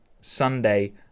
Sunday